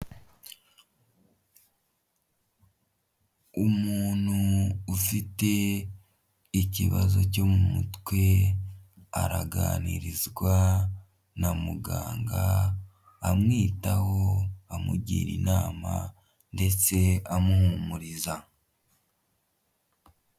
Umuntu ufite ikibazo cyo mu mutwe araganirizwa na muganga amwitaho amugira inama ndetse amuhumuriza.